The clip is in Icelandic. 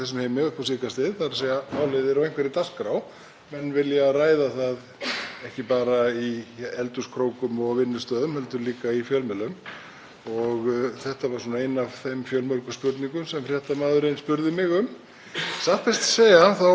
Og þetta var ein af þeim fjölmörgu spurningum sem fréttamaðurinn spurði mig um. Satt best að segja kynnti ég mér málið fyrir nokkru og hef verið á þeirri skoðun að það sé margt áhugavert sem gerðist í Portúgal.